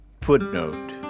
Footnote